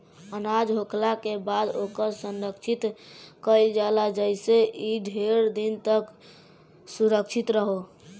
अनाज होखला के बाद ओकर संरक्षण कईल जाला जेइसे इ ढेर दिन तक सुरक्षित रहो